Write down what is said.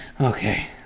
Okay